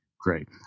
Great